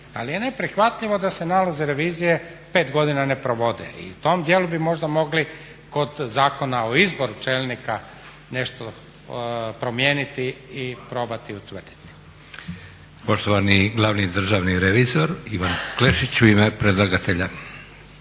ali je neprihvatljivo da se nalozi revizije pet godina ne provode. I u tom dijelu bi možda mogli kod Zakona o izboru čelnika nešto promijeniti i probati utvrditi. **Leko, Josip (SDP)** Poštovani glavni državni revizor Ivan Klešić u ime predlagatelja.